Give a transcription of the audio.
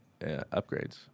upgrades